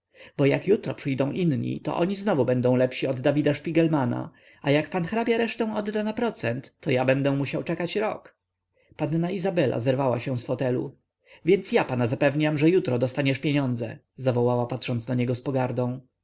bo jak jutro przyjdą inni to oni znowu będą lepsi od dawida szpigelmana a jak pan hrabia resztę odda na procent to ja będę musiał czekać rok panna izabela zerwała się z fotelu więc ja pana zapewniam że jutro dostaniesz pieniądze zawołała patrząc na